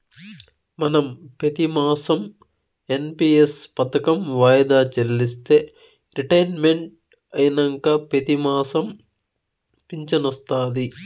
మనం పెతిమాసం ఎన్.పి.ఎస్ పదకం వాయిదా చెల్లిస్తే రిటైర్మెంట్ అయినంక పెతిమాసం ఫించనొస్తాది